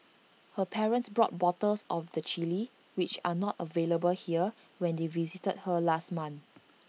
her parents brought bottles of the Chilli which are not available here when they visited her last month